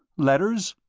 letters?